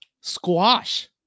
squash